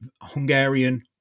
Hungarian